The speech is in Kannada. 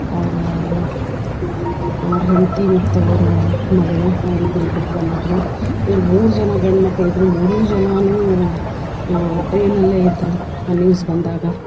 ಅವರ ಅವ್ರ ಹೆಂಡತಿ ಮತ್ತು ಅವ್ರ ಮಗಳು ಅವ್ರು ಇಬ್ರಿಗೆ ಬಿಟ್ಟು ಬಂದಿದ್ದರು ಇವ್ರು ಮೂರು ಜನ ಗಂಡು ಮಕ್ಳು ಇದ್ದರು ಮೂರೂ ಜನನೂ ಟ್ರೈನಲ್ಲೇ ಇದ್ದರು ಆ ನ್ಯೂಸ್ ಬಂದಾಗ